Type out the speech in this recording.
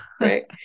Right